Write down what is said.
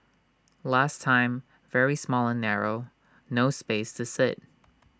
last time very small and narrow no space to sit